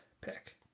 pick